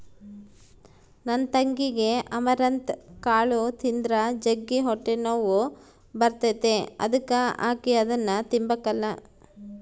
ನನ್ ತಂಗಿಗೆ ಅಮರಂತ್ ಕಾಳು ತಿಂದ್ರ ಜಗ್ಗಿ ಹೊಟ್ಟೆನೋವು ಬರ್ತತೆ ಅದುಕ ಆಕಿ ಅದುನ್ನ ತಿಂಬಕಲ್ಲ